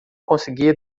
conseguia